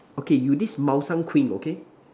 okay you this 猫山 queen okay